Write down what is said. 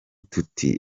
tuti